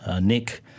Nick